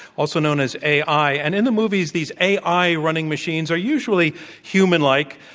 also known as ai, and in the movies these ai running machines are usually human like,